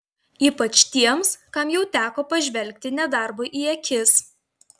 ypač tiems kam jau teko pažvelgti nedarbui į akis